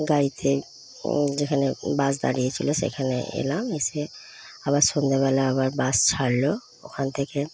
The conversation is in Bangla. গাড়িতে যেখানে বাস দাঁড়িয়ে ছিলো সেখানে এলাম এসে আবার সন্ধ্যেবেলা আবার বাস ছাড়লো ওখান থেকে